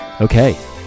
Okay